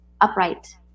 Upright